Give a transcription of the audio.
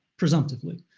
presumptively,